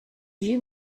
you